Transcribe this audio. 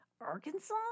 Arkansas